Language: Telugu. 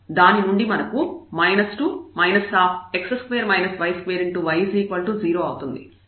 దాని నుండి మనకు 2 y0 అవుతుంది